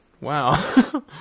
Wow